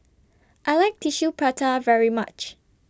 I like Tissue Prata very much